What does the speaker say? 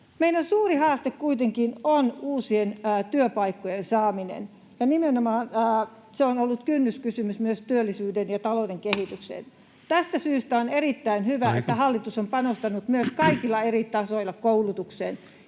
Meidän suuri haaste kuitenkin on uusien työpaikkojen saaminen, ja nimenomaan se on ollut kynnyskysymys myös työllisyyden ja talouden kehitykseen. Tästä syystä on erittäin hyvä, [Puhemies: Aika!] että hallitus on myös panostanut kaikilla eri tasoilla koulutukseen,